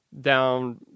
down